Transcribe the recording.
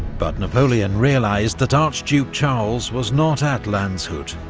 but napoleon realised that archduke charles was not at landshut,